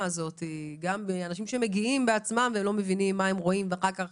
הזו גם לאנשים שלא מבינים מה הם רואים ואחר כך